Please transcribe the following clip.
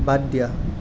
বাদ দিয়া